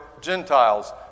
Gentiles